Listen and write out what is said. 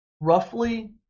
Roughly